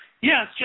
Yes